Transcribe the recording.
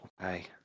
Okay